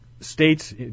states